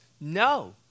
No